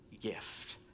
gift